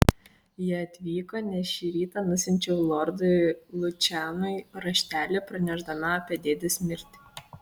jie atvyko nes šį rytą nusiunčiau lordui lučianui raštelį pranešdama apie dėdės mirtį